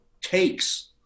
takes